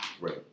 Right